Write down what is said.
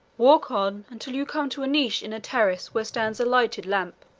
walk on until you come to a niche in a terrace where stands a lighted lamp.